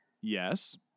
Yes